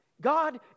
God